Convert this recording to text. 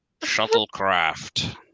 Shuttlecraft